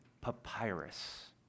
papyrus